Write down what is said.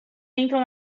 entram